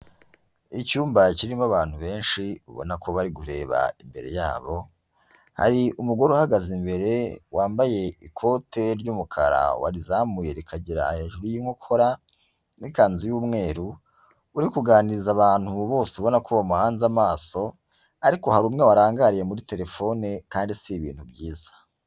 Icyumba kirimo abantu benshi ubona ko bari kureba imbere yabo, hari umugore uhagaze imbere wambaye ikote ry'umukara warizamuye rikagera hejuru y'inkokora n'ikanzu y'umweru, uri kuganiriza abantu bose ubona ko bamuhanze amaso, ariko hari umwe warangariye muri telefone kandi si ibintu byiza.